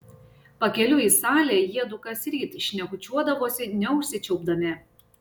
pakeliui į salę jiedu kasryt šnekučiuodavosi neužsičiaupdami